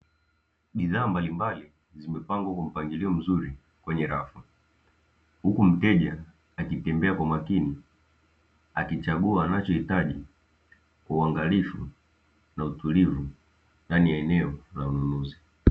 Bidhaa mbalimbali zimepangwa kwa mpangilio mzuri kwenye rafu huku mteja akiwa anatembea kwa makini kwa kuchagua anachohitaji kwa uangalifu na utulivu ndani ya eneo la ununuzi.